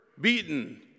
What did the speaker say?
beaten